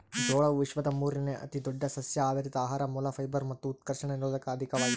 ಜೋಳವು ವಿಶ್ವದ ಮೂರುನೇ ಅತಿದೊಡ್ಡ ಸಸ್ಯಆಧಾರಿತ ಆಹಾರ ಮೂಲ ಫೈಬರ್ ಮತ್ತು ಉತ್ಕರ್ಷಣ ನಿರೋಧಕ ಅಧಿಕವಾಗಿದೆ